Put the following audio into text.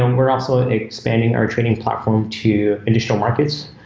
um we're also ah expanding our trading platform to additional markets.